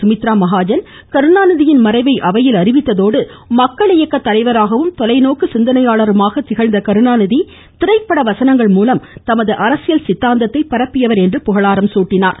சுமித்ரா மகாஜன் கருணாநிதியின் மறைவை அவையில் அறிவித்ததோடு மக்கள் இயக்க தலைவராகவும் தொலைநோக்கு சிந்தனையாளருமாக திகழ்ந்த கருணாநிதி திரைப்பட வசனங்கள் மூலம் தனது அரசியல் சித்தாந்தத்தை பரப்பியவர் என்று புகழாரம் சூட்டினார்